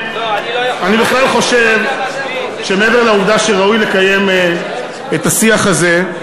אני בכלל חושב שמעבר לעובדה שראוי לקיים את השיח הזה,